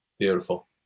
Beautiful